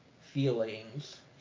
feelings